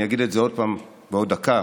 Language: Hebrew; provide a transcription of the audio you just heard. אני אגיד את זה עוד פעם בעוד דקה.